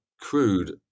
crude